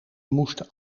moesten